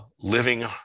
living